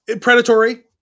predatory